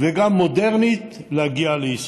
וגם מודרנית, להגיע לישראל.